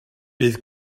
bydd